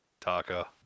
Taco